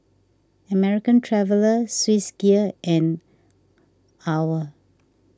American Traveller Swissgear and Owl